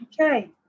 Okay